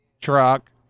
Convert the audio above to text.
truck